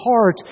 heart